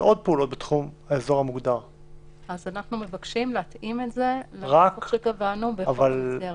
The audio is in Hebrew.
אז אנחנו מבקשים להתאים את זה לנוסח שקבענו בחוק המסגרת.